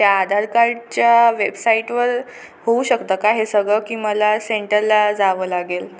त्या आधार कार्डच्या वेबसाईटवर होऊ शकतं का हे सगळं की मला सेंटरला जावं लागेल